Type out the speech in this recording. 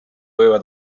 võivad